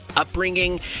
upbringing